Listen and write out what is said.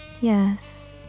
yes